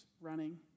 running